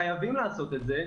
חייבים לעשות את זה,